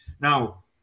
Now